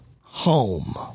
home